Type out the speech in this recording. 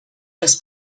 раз